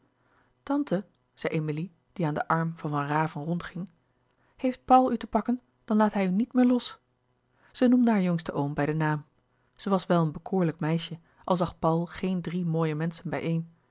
tante zei emilie die aan den arm van van raven rondging heeft paul u te pakken dan laat hij u niet meer los zij noemde haar jongsten oom bij den naam zij was wel een bekoorlijk meisje al zag paul geen drie mooie menschen bijeen